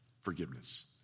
forgiveness